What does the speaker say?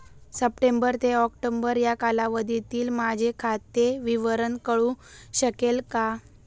September ते October या कालावधीतील माझे खाते विवरण कळू शकेल का?